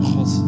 God